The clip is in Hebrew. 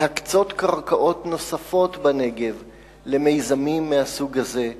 להקצות קרקעות נוספות בנגב למיזמים מהסוג הזה,